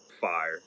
fire